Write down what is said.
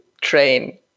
train